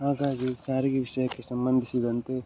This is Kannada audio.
ಹಾಗಾಗಿ ಸಾರಿಗೆ ವಿಷಯಕ್ಕೆ ಸಂಬಂಧಿಸಿದಂತೆ